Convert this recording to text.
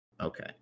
Okay